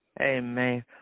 Amen